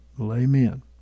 amen